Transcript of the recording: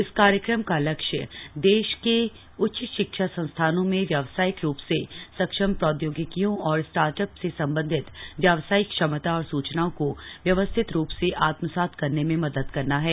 इस कार्यक्रम का लक्ष्य देश के उच्च शिक्षा संस्थानों में व्यावसायिक रूप से सक्षम प्रौद्योगिकियों और स्टार्टअप से संबंधित व्यावसायिक क्षमता और सूचनाओं को व्यवस्थित रूप से आत्मसात करने में मदद करना है